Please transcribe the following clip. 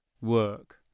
work